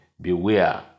beware